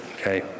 Okay